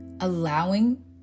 allowing